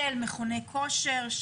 של מכוני כושר,